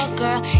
girl